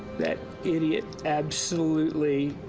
that idiot absolutely